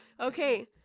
Okay